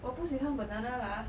我不喜欢 banana lah